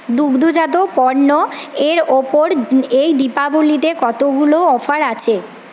দুগ্ধজাত পণ্য এর ওপর এই দীপাবলিতে কতগুলো অফার আছে